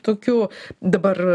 tokių dabar